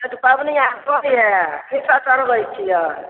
अहाँके पबनी आर भऽ गेल की सब करबैत छियै